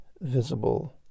visible